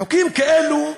חוקים כאלה,